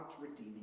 Redeeming